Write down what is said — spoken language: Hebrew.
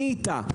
אני איתה.